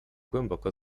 głęboko